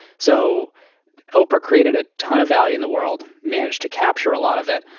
so oprah created a ton of value in the world, manage to capture a lot of it.